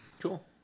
cool